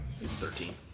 Thirteen